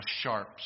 sharp